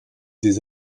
des